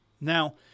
Now